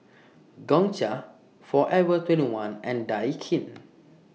Gongcha Forever twenty one and Daikin